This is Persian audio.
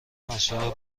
عاشق